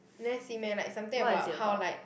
never see meh like something about how like